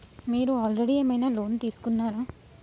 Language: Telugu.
మీరు ఆల్రెడీ ఏమైనా లోన్ తీసుకున్నారా?